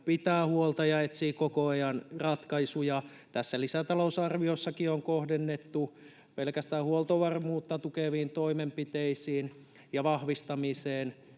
pitää huolta ja etsii koko ajan ratkaisuja. Tässä lisätalousarviossakin on kohdennettu pelkästään huoltovarmuutta tukeviin toimenpiteisiin ja vahvistamiseen